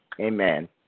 Amen